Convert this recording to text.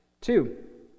Two